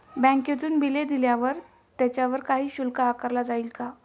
बँकेतून बिले दिल्यावर त्याच्यावर काही शुल्क आकारले जाईल का?